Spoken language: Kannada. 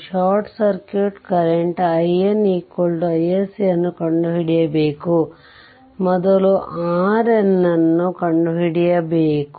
ಶಾರ್ಟ್ ಸರ್ಕ್ಯೂಟ್ ಕರೆಂಟ್ IN iSCಅನ್ನು ಕಂಡು ಹಿಡಿಯಬೇಕು ಮೊದಲು RN ಅನ್ನು ಕಂಡು ಹಿಡಿಯಬೇಕು